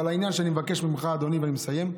אבל העניין שאני מבקש ממך, אדוני, ואני מסיים,